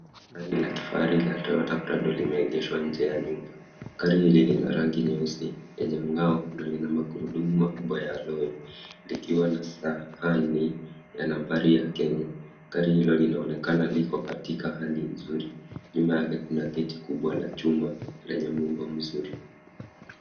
Gari la kifahari la Toyota Prado lime egeshwa nje ya nyumba. Gari lina rangi nyeusi yenye mngao na lina magurudumu kubwa ya lori likiwa na sahani ya nambari ya Kenya, gari hilo linaonekana liko katika hali nzuri. Nyuma yake kuna geti kubwa la chuma lenye muundo mzuri.